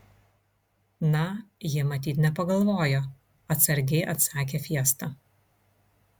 na ji matyt nepagalvojo atsargiai atsakė fiesta